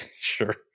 Sure